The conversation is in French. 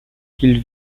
qu’ils